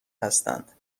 هستند